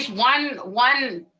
one one